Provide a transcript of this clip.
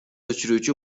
өчүрүүчү